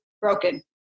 broken